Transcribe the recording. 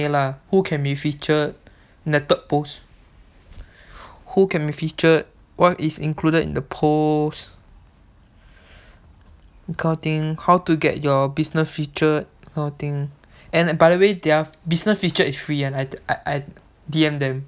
okay lah who can be featured in the third post who can be featured what is included in the post this kind of thing how to get your business featured this kind of thing and by the way their business featured is free and I I D_M them